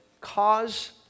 cause